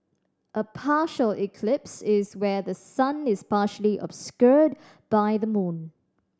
a partial eclipse is where the sun is partially obscured by the moon